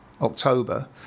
October